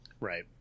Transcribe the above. Right